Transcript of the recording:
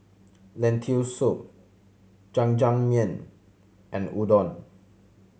Lentil Soup Jajangmyeon and Udon